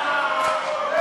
הופה.